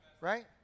Right